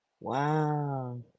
wow